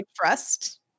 trust